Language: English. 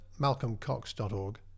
malcolmcox.org